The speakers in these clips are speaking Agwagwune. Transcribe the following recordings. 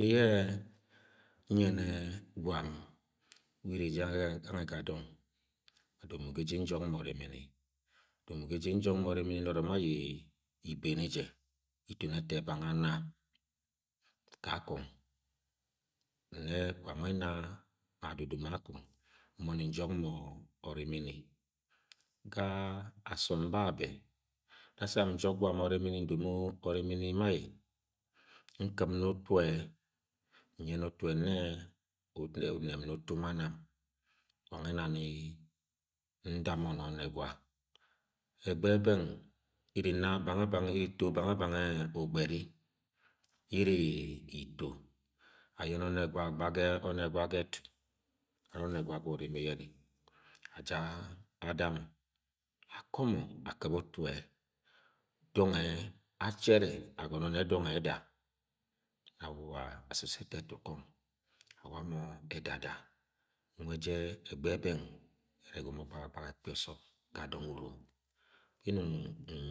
Yẹ inyẹnẹ gwam, we ure ni jẹ gangẹ ja dọng wa domo ga eje yẹ njọk mọ ọrimini domo ga ejẹ yin njọk mọ orimini nọrọ ma ayẹ ibene jẹ ito nẹ ẹto bang anna kankọng nẹ wanwẹ ẹna ma dudu ma cikung m-mo-ni njọk mọ orimini ga asọm babẹ-da sam nj̣ok̄ gwam oramini ndomo orimini ma aye nkɨb ni utu-e-nyẹnẹ utu-e-n- uplaʅ unẹbni utu ma nam ulangẹ ẹna ni ṇdamọ na ọnẹgwa ẹgbẹ bẹng iri ina iri ito banga bangẹ ugbẹri ye iri ito aye ọnẹgwa mgba gẹ ẹtu ani ọnẹgwa gwa urimi yẹ ni aja ada azọ akọmọ akɨb utu- e- e dọng achẹve agọnọ nẹ dọngẹ.-ẹda nọ awuwa-asusẹ ga etu kọng awa mọ ẹdada nwẹ fẹ egbẹ bẹng mẹ ẹrẹ g̣̣ọmọ gbahagbaha ẹkpi ọsọm ga dọng urom yẹ nung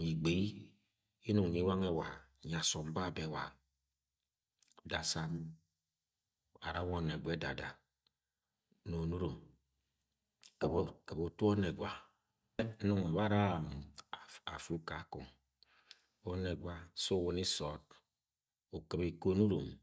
igbeyẹ nung nyi ulanẹ ula-a- nyi asọni babẹ ula-a- dasan-ara awa o̠nẹgwa ẹdada nọ onunom kɨb u- kɨb utu ọnẹgwa nọngọ bạ ara-afu-afu kakọng ọnẹgwa sẹ unmi sọọd ukɨb iko onuroni.